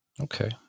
okay